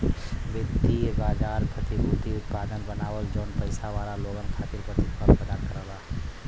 वित्तीय बाजार प्रतिभूति उत्पाद बनावलन जौन पइसा वाला लोगन खातिर प्रतिफल प्रदान करला